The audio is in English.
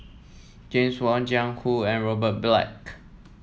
James Wong Jiang Hu and Robert Black